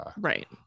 right